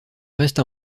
resta